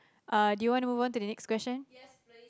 uh do you wanna move on to the next question